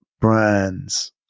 brands